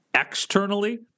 externally